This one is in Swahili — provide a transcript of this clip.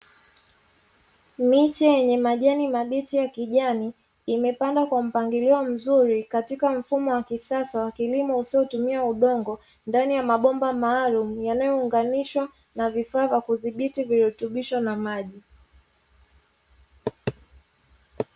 Miche yenye majani mabichi ya kijani, imepandwa kwa mpangilio mzuri katika mfumo wa kisasa wa kilimo usiotumia udongo, ndani ya mabomba maalumu yanayounganishwa na vifaa vya kudhibiti virutubisho na maji.